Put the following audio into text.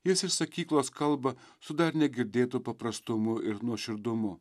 jis iš sakyklos kalba su dar negirdėtu paprastumu ir nuoširdumu